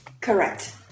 correct